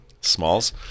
Smalls